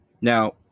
Now